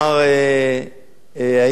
משרד הפנים יעשה את מה שיצטרך,